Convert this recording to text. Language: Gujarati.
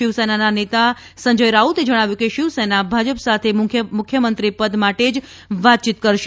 શિવસેનાના નેતા સંજય રાઉતે જણાવ્યું કે શિવસેના ભાજપ સાથે મુખ્યમંત્રી પદ માટે જ વાતયીત કરશે